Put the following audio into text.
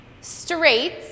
Straight